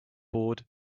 board